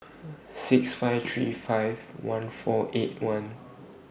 six five three five one four eight one